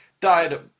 died